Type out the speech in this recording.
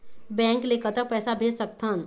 Bank ले कतक पैसा भेज सकथन?